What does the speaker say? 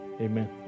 Amen